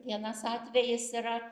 vienas atvejis yra